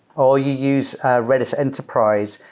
or you use redis enterprise,